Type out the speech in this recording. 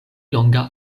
longa